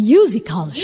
Musical